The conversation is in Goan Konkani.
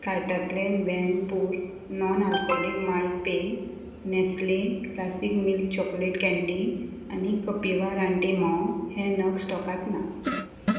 कार्टांतले वॅनपूर नॉन आल्कॉहॉलीक माल्ट पेय Nestle classic milk chocolate candy आनी कपिवा राणटी म्होंव हे नग स्टॉकांत ना